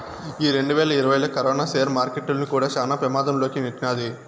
ఈ రెండువేల ఇరవైలా కరోనా సేర్ మార్కెట్టుల్ని కూడా శాన పెమాధం లోకి నెట్టినాది